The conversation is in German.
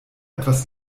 etwas